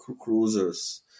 cruisers